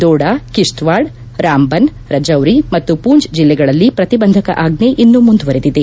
ದೋಡಾ ಕಿಶ್ತೆವಾಡ್ ರಾಮ್ಬನ್ ರಜೌರಿ ಮತ್ತು ಪೂಂಜ್ ಜಿಲ್ಲೆಗಳಲ್ಲಿ ಪ್ರತಿಬಂಧಕ ಆಜ್ನೆ ಇನ್ನು ಮುಂದುವರೆದಿದೆ